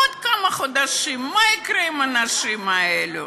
בעוד כמה חודשים מה יקרה עם האנשים האלה?